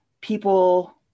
people